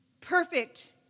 Perfect